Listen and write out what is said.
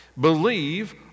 believe